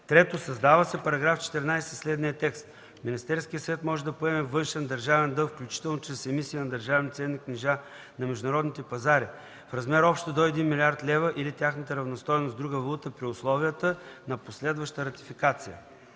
3. Създава се § 14а със следния текст: „Министерският съвет може да поема външен държавен дълг, включително чрез емисии на държавни ценни книжа на международните пазари, в размер общо до 1,0 млрд. лв. или тяхната равностойност в друга валута при условията за последваща ратификация”.